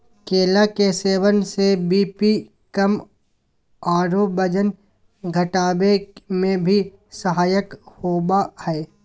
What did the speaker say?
केला के सेवन से बी.पी कम आरो वजन घटावे में भी सहायक होबा हइ